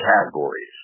categories